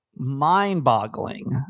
mind-boggling